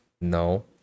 no